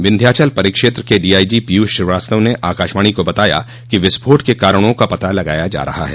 विन्ध्यांचल परिक्षेत्र के डीआईजी पीयूष श्रीवास्तव ने आकाशवाणी को बताया कि विस्फोट के कारणों का पता लगाया जा रहा है